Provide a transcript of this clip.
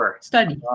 study